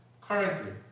Currently